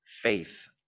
faith